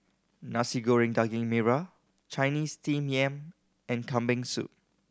Nasi Goreng Daging Merah Chinese Steamed Yam and Kambing Soup